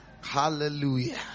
hallelujah